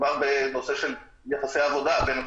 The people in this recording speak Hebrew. מדובר בנושא של יחסי עבודה בין הצדדים.